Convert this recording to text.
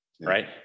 right